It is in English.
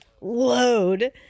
Load